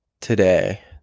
today